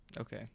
Okay